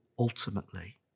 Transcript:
ultimately